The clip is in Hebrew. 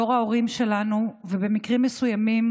דור ההורים שלנו, ובמקרים מסוימים